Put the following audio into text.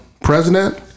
president